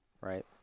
Right